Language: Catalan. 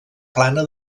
plana